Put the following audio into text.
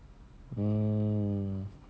oh